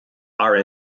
are